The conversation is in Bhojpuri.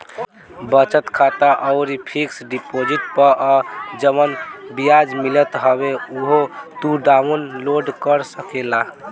बचत खाता अउरी फिक्स डिपोजिट पअ जवन बियाज मिलत हवे उहो तू डाउन लोड कर सकेला